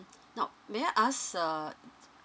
now may I ask uh